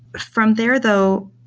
from there though,